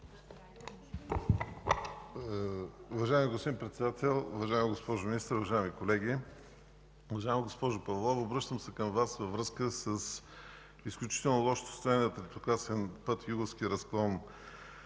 Уважаема госпожо Павлова, обръщам се към Вас във връзка с изключително лошото състояние на третокласен път „Юговски разклон